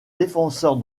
défenseur